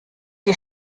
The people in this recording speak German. die